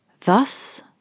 Thus